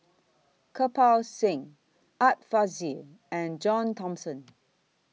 Kirpal Singh Art Fazil and John Thomson